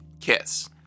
kiss